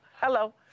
Hello